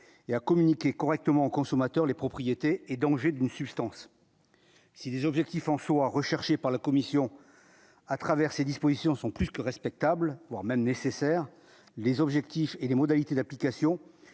et à communiquer correctement au consommateur les propriétés et dangers d'une substance si les objectifs en soit recherché par la commission, à travers ces dispositions sont plus que respectable pour même nécessaire, les objectifs et les modalités d'application